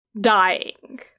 dying